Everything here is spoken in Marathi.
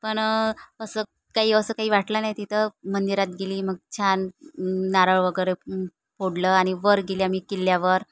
पण असं काही असं काही वाटलं नाही तिथं मंदिरात गेली मग छान नारळ वगैरे फोडलं आणि वर गेली आम्ही किल्ल्यावर